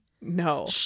No